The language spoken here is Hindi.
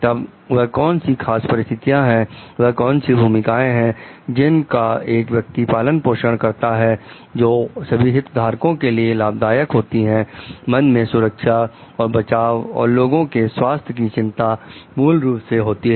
तब वह कौन सी खास परिस्थितियां हैं वह कौन सी भूमिकाएं हैं जिन का एक व्यक्ति पालन पोषण करता है जो सभी हित धारकों के लिए लाभदायक होती हैं मन में सुरक्षा एवं बचाव और लोगों के स्वास्थ्य की चिंता मूल रूप से होती है